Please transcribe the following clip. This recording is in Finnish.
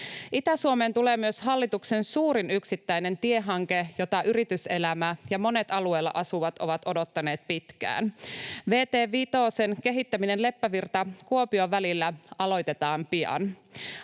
Itä-Suomeen tulee myös hallituksen suurin yksittäinen tiehanke, jota yrityselämä ja monet alueella asuvat ovat odottaneet pitkään, kun vt 5:n kehittäminen Leppävirta—Kuopio-välillä aloitetaan pian.